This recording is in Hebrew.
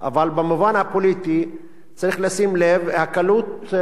אבל במובן הפוליטי, צריך לשים לב, הקלות,